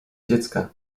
dziecka